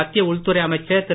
மத்திய உள்துறை அமைச்சர் திரு